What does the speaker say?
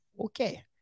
okay